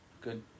Good